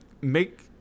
make